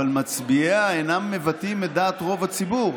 אבל מצביעיה אינם מבטאים את דעת רוב הציבור.